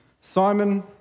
Simon